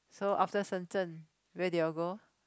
so after Shenzhen where did you all go